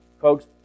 Folks